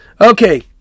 Okay